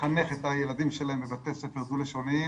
לחנך את הילדים שלהם בבתי ספר דו-לשוניים.